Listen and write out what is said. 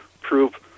prove